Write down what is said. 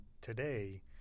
today